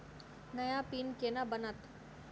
नया पिन केना बनत?